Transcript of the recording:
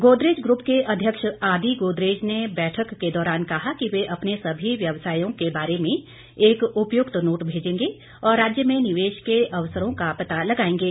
Godrej group के अध्यक्ष आदि गोदरेज ने बैठक के दौरान कहा कि वे अपने सभी व्यवसायों के बारे में एक उपयुक्त नोट भेंजेंगे और राज्य में निवेश के अवसरों का पता लगाएंगे